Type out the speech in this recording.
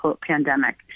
pandemic